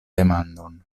demandon